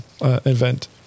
event